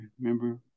remember